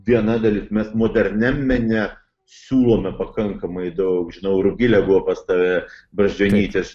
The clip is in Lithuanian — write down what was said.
viena dalis mes moderniam mene siūlome pakankamai daug žinau rugilė buvo pas tave brazdžionytė